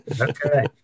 Okay